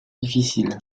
difficile